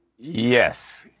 Yes